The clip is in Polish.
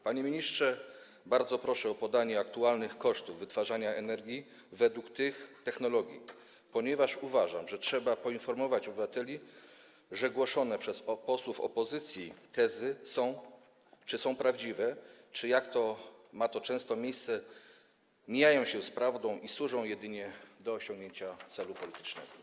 Panie ministrze, bardzo proszę o podanie aktualnych kosztów wytwarzania energii według tych technologii, ponieważ uważam, że trzeba poinformować obywateli, czy głoszone przez posłów opozycji tezy są prawdziwe, czy, jak ma to często miejsce, mijają się z prawdą i służą jedynie do osiągnięcia celu politycznego.